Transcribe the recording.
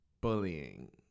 bullying